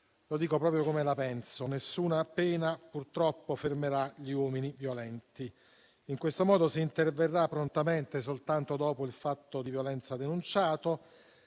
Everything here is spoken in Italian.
ciò che penso: nessuna pena, purtroppo, fermerà gli uomini violenti. In questo modo, si interverrà prontamente soltanto dopo il fatto di violenza denunciato,